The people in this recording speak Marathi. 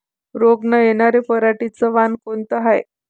रोग न येनार पराटीचं वान कोनतं हाये?